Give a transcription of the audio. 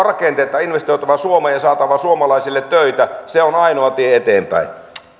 rakenteita investoitava suomeen ja saatava suomalaisille töitä se on ainoa tie eteenpäin